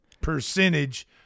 percentage